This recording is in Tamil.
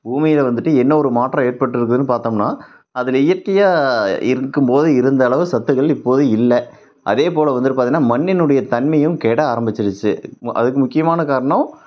பூமியில் வந்துவிட்டு என்ன ஒரு மாற்றம் ஏற்பட்டிருக்குதுன்னு பார்த்தோம்ன்னா அதில் இயற்கையாக இருக்கும்போது இருந்த அளவு சத்துக்கள் இப்போது இல்லை அதேப்போல வந்துட்டு பாத்தோன்னா மண்ணினுடைய தன்மையும் கெட ஆரம்பித்திருச்சி அதுக்கு முக்கியமான காரணம்